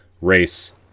race